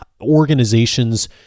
organizations